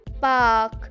Park